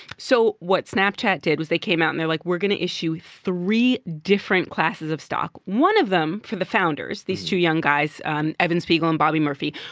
so what snapchat did was they came out. and they're, like, we're going to issue three different classes of stock. one of them, for the founders these two young guys, um evan spiegel and bobby murphy.